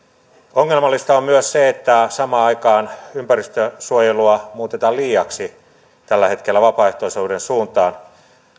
ongelmallista on myös se että samaan aikaan ympäristönsuojelua muutetaan liiaksi tällä hetkellä vapaaehtoisuuden suuntaan